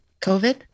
COVID